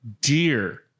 dear